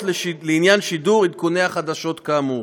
לעניין שידור עדכוני החדשות כאמור,